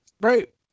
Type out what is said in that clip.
right